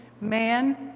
Man